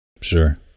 Sure